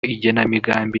igenamigambi